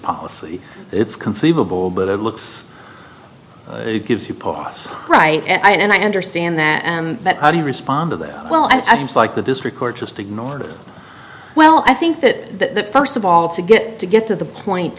policy it's conceivable but it looks it gives you pause right and i understand that that how do you respond to that well i think like the district court just ignored it well i think that first of all to get to get to the point